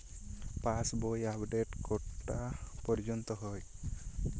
পাশ বই আপডেট কটা পর্যন্ত হয়?